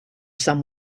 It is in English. some